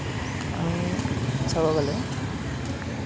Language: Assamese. আমি চাব গ'লে